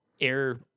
air